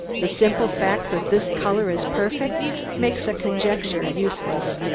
the simple fact that this color is perfect makes conjecture useless.